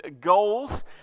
goals